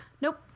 Nope